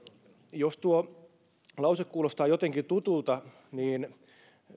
jos tuo lause kuulostaa jotenkin tutulta niin